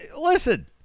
listen